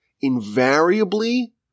invariably